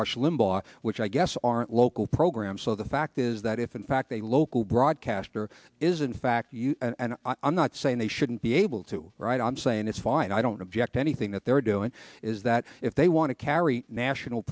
rush limbaugh which i guess aren't local programs so the fact is that if in fact a local broadcaster is in fact and i'm not saying they shouldn't be able to write i'm saying it's fine i don't object anything that they're doing is that if they want to carry national